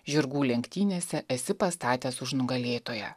žirgų lenktynėse esi pastatęs už nugalėtoją